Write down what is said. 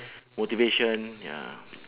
motivation ya